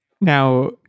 Now